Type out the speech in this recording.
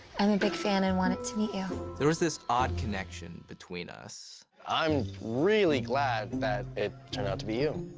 i mean big fan and wanted to meet you. there was this odd connection between us. i'm really glad that it turned out to be you.